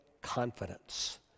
confidence